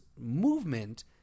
movement